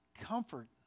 comfort